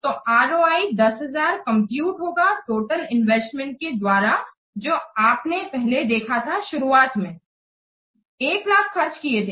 तो ROI 10000 compute होगा total investment के द्वारा जो आपने पहले देखा था शुरुआत में किसानों ने 100000 खर्च किए थे